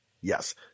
Yes